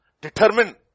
determine